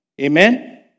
Amen